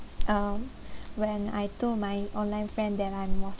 um when I told my online friend that I'm